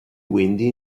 windy